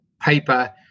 paper